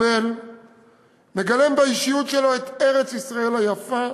מגלם באישיות שלו את ארץ-ישראל היפה,